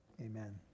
amen